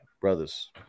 brothers